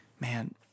man